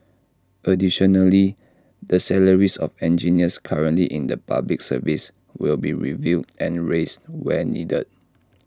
additionally the salaries of engineers currently in the Public Service will be reviewed and raised where needed